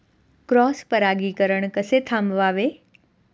Cross परागीकरण कसे थांबवावे?